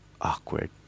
awkward